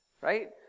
right